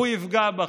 הוא יפגע בכם.